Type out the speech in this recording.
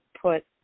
put